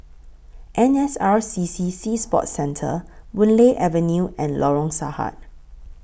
N S R C C Sea Sports Centre Boon Lay Avenue and Lorong Sarhad